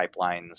pipelines